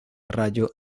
rayo